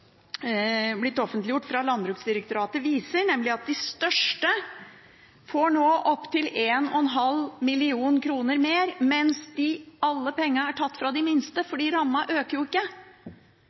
blitt offentliggjort fra Landbruksdirektoratet, viser, nemlig at de største nå får opptil 1,5 mill. kr mer, mens alle pengene er tatt fra de minste, for rammen øker jo ikke,